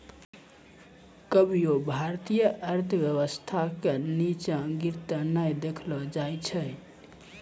कभियो भारतीय आर्थिक व्यवस्था के नींचा गिरते नै देखलो जाय छै